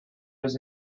was